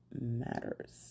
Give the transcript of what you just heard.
matters